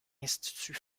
institut